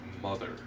mother